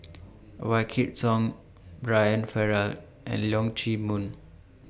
Wykidd Song Brian Farrell and Leong Chee Mun